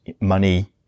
money